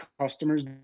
customers